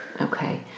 Okay